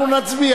אנחנו נצביע.